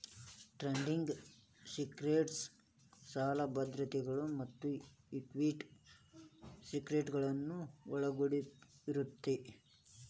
trading securities ಸಾಲ ಭದ್ರತೆಗಳ ಮತ್ತ ಇಕ್ವಿಟಿ ಸೆಕ್ಯುರಿಟಿಗಳನ್ನ ಒಳಗೊಂಡಿರತ್ತ